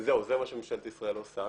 זהו זה מה שממשלת ישראל עושה.